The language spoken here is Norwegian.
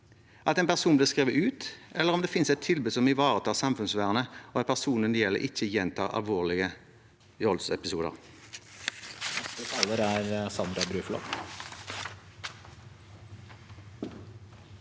at en person blir skrevet ut, eller at det finnes et tilbud som ivaretar samfunnsvernet, og at personen det gjelder, ikke gjentar alvorlige voldsepisoder?